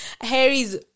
Harry's